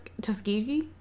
Tuskegee